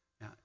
Now